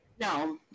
No